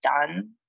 done